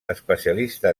especialista